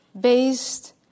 based